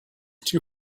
two